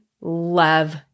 love